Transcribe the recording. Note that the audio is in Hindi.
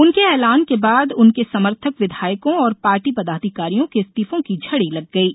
उनके ऐलान के बाद उनके समर्थक विधायकों और पार्टी पदाधिकारियों के इस्तीफों की झडी लग गयी